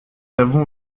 avons